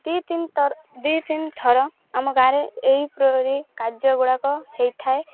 ଦୁଇ ତିନଥର ଦୁଇ ତିନିଥର ଆମ ଗାଁ ରେ ଏହିପରି କାର୍ଯ୍ୟ ଗୁଡ଼ାକ ହେଇଥାଏ